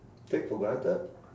take for granted